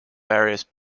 various